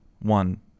One